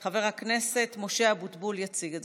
מס' 1196. חבר הכנסת משה אבוטבול יציג את זה,